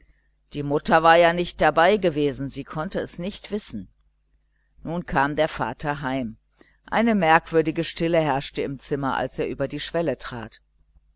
die mutter war ja nicht dabei gewesen sie konnte es nicht wissen nun kam der vater heim eine merkwürdige stille herrschte im zimmer als er über die schwelle trat